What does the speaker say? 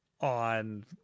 on